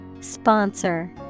Sponsor